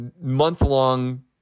month-long